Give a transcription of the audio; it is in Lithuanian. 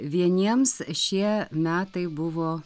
vieniems šie metai buvo